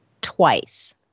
twice